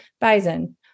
Bison